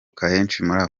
afrika